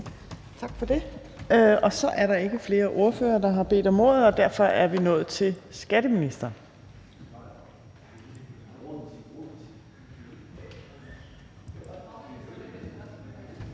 Tak for det. Så er der ikke flere ordførere, der har bedt om ordet, og derfor er vi nået til skatteministeren.